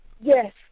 Yes